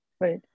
Right